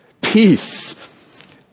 peace